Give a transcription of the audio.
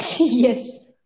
Yes